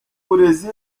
burezi